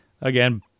Again